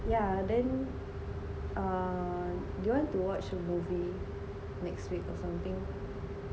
yeah then ah do you want to watch a movie next week or something